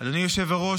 אדוני היושב-ראש,